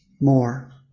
more